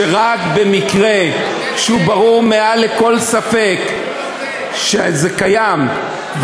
שרק במקרה שהוא ברור מעל לכל ספק שזה קיים,